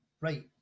Right